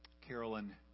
Carolyn